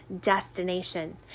destination